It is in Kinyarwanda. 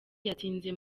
yatsinze